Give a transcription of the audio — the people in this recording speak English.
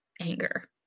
anger